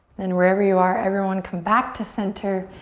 then, wherever you are, everyone come back to center,